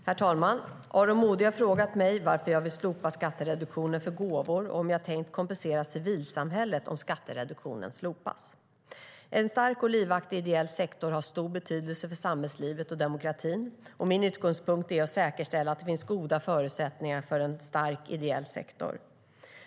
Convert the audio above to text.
Herr talman! Aron Modig har frågat mig varför jag vill slopa skattereduktionen för gåvor och om jag tänkt kompensera civilsamhället om skattereduktionen slopas. En stark och livaktig ideell sektor har stor betydelse för samhällslivet och demokratin. Min utgångspunkt är att säkerställa att det finns goda förutsättningar för en stark ideell sektor.